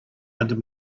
under